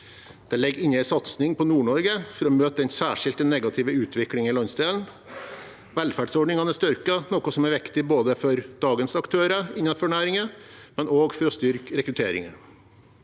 Det ligger inne en satsing på Nord-Norge for å møte den særskilt negative utviklingen i landsdelen. Velferdsordningene er styrket, noe som er viktig både for dagens aktører innenfor næringen og for å styrke rekrutteringen.